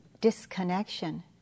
disconnection